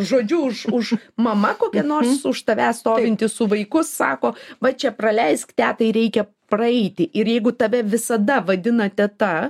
žodžiu už mama kokia nors už tavęs stovinti su vaiku sako va čia praleisk tetai reikia praeiti ir jeigu tave visada vadina teta